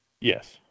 Yes